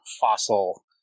fossil